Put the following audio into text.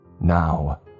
Now